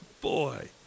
boy